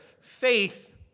Faith